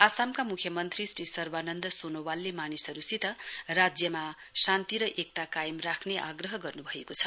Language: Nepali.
आसामाका मुख्य मन्त्री श्री सर्वानन्द सोनोवालले मानिसहरुसित राज्यमा शान्ति र एकता कायम राख्ने आग्रह गर्नुभएको छ